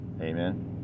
Amen